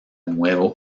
nuevo